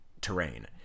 terrain